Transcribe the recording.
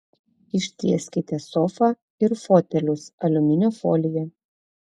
ištieskite sofą ir fotelius aliuminio folija